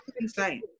insane